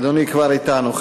אדוני כבר איתנו.